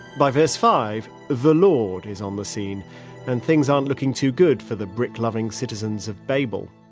by verse five, the lord is on the scene and things aren't looking too good for the brick loving citizens of babel